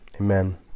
Amen